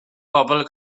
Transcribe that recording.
bobl